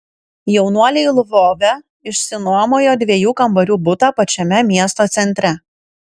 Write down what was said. jaunuoliai lvove išsinuomojo dviejų kambarių butą pačiame miesto centre